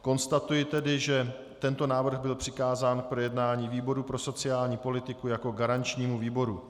Konstatuji tedy, že tento návrh byl přikázán k projednání výboru pro sociální politiku jako garančnímu výboru.